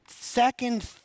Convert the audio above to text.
second